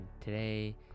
today